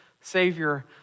savior